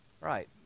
Right